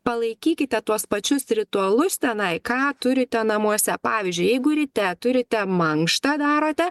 palaikykite tuos pačius ritualus tenai ką turite namuose pavyzdžiui jeigu ryte turite mankštą darote